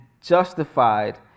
justified